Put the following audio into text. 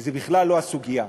וזו בכלל לא הסוגיה.